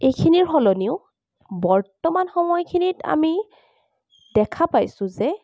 এইখিনিৰ সলনিও বৰ্তমান সময়খিনিত আমি দেখা পাইছো যে